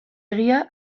egia